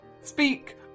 speak